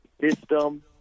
system